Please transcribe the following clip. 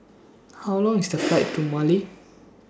How Long IS The Flight to Mali